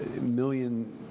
million